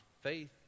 faith